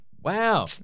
Wow